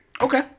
Okay